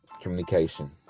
communication